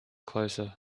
closer